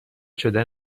شدن